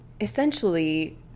essentially